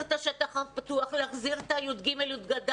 את השטח הפתוח; להחזיר את ה-י"ג-י"ד,